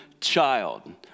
child